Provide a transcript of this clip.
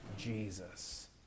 Jesus